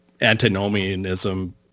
antinomianism